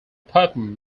performed